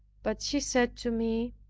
but she said to me,